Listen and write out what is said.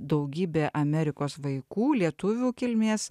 daugybė amerikos vaikų lietuvių kilmės